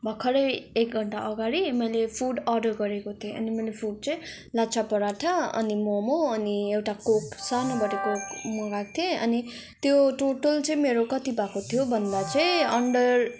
एक घन्टा अगाडि मैले फुड अर्डर गरेको थिएँ अनि मैले फुड चाहिँ लच्ठा पराठा अनि मोमो अनि एउटा कोक सानोबडे कोक मगाएको थिएँ अनि त्यो टोटल चाहिँ मेरो कति भएको थियो भन्दा चाहिँ अन्डर